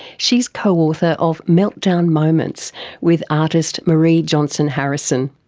she's co-author of meltdown moments with artist marie jonsson-harrison.